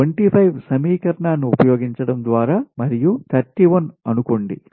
25 సమీకరణాన్ని ఉపయోగించడం ద్వారా మరియు 31అనుకోండి